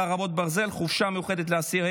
חרבות ברזל) (חופשה מיוחדת לאסיר),